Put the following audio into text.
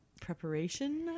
preparation